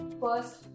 first